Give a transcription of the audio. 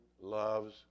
loves